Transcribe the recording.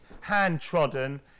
hand-trodden